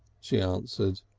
she answered.